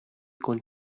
con